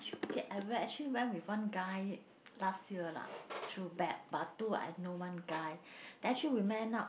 okay I will actually went with one guy last year lah through that I know one guy then actually we met up